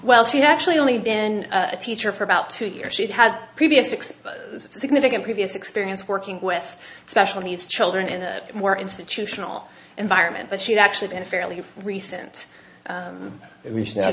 well she actually only been a teacher for about two years she'd had previous six significant previous experience working with special needs children in a more institutional environment but she'd actually been fairly recent and we should